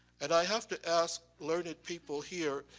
and i have to ask learned people here,